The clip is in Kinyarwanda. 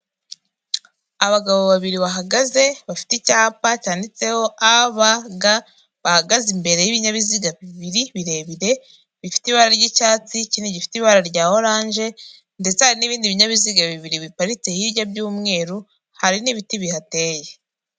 Abagabo babiri bahagaze bafite icyapa cyanditseho, a, b, g, bahagaze imbere y'ibinyabiziga bibiri birebire bifite ibara ry'icyatsi kinini gifite ibara ry'orange ndetse n'ibindi binyabiziga bibiri biparitse hirya byumweru hari n'ibiti bihateye.